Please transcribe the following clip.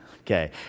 okay